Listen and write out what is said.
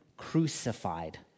crucified